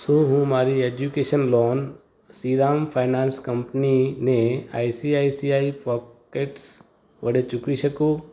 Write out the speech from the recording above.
શું હું મારી એડ્યુકેશન લોન શ્રીરામ ફાઇનાન્સ કંપનીને I C I C I pockets વડે ચૂકવી શકું